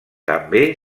també